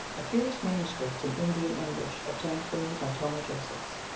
a curious manuscript in indian-eng lish, obtained for me by tomah josephs.